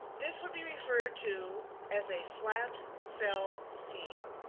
this would be referred to as a flat fell seam.